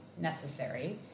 necessary